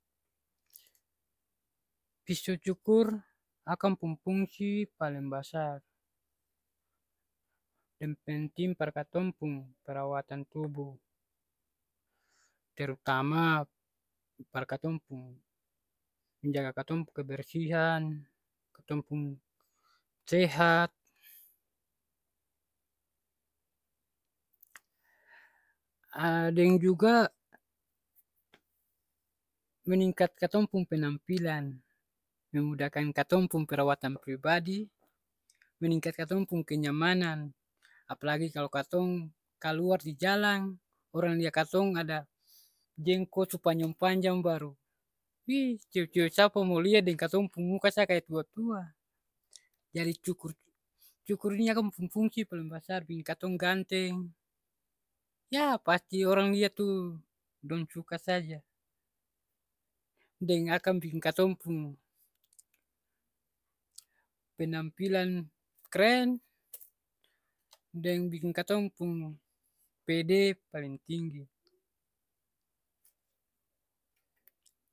Piso cukur akang pung fungsi paleng basar, deng penting par katong pung perawatan tubuh. Terutama par katong pung menjaga katong pung kebersihan, katong pung sehat, deng juga meningkat katong pung penampilan. Memudahkan katong pung perawatan pribadi, meningkat katong pung kenyamanan. Apalagi kalo katong kaluar di jalang, orang lia katong ada jenggot su panjang-panjang baru hii cewe-cewe sapa mo lia deng katong pung muka sa kaya tua-tua. Jadi cukur-cukur ni akang pung fungsi paleng basar. Biking katong ganteng, ya pasti orang lia tu dong suka saja. Deng akang biking katong pung penampilan kren, deng biking katong pung pd paleng tinggi.